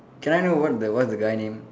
can I know what the what's the guy name